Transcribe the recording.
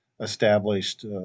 established